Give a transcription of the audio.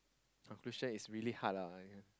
I'm pretty sure it's really hard lah